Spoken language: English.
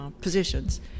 positions